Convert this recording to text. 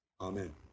Amen